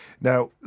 Now